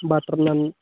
butter non